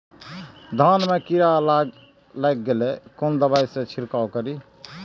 धान में कीरा लाग गेलेय कोन दवाई से छीरकाउ करी?